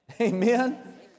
Amen